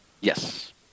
Yes